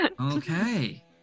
Okay